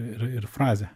ir ir frazė